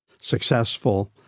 successful